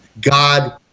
God